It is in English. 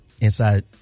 inside